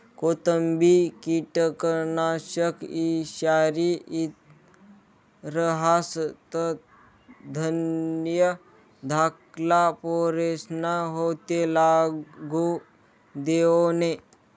कोणतंबी किटकनाशक ईषारी रहास तधय धाकल्ला पोरेस्ना हाते लागू देवो नै